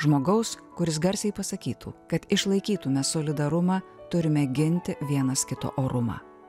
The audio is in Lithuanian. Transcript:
žmogaus kuris garsiai pasakytų kad išlaikytume solidarumą turime ginti vienas kito orumą